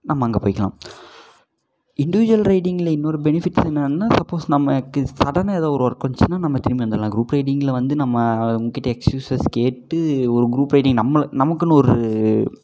நம்ம அங்கே போயிக்கலாம் இண்டிவிஜுவல் ரைடிங்கில் இன்னொரு பெனிஃபிட்ஸ் என்னென்னா சப்போஸ் நமக்கு சடனாக ஏதா ஒரு ஒர்க் வந்துச்சுனால் நம்ம திரும்பி வந்துடலாம் குரூப் ரைடிங்கில் வந்து நம்ம அவங்க கிட்டே எக்ஸ்கியூஸஸ் கேட்டு ஒரு குரூப் ரைடிங் நம்ம நமக்குனு ஒரு